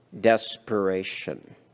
desperation